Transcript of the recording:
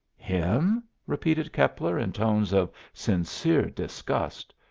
him? repeated keppler in tones of sincere disgust.